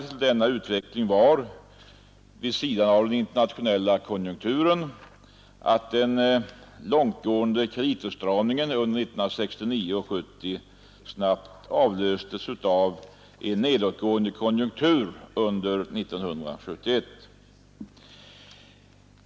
Till denna utveckling bidrog, vid sidan av den internationella konjunkturen, det förhållandet att den långtgående kreditåtstramningen under 1969 och 1970 snabbt avlöstes av en nedgående konjunktur under 1971.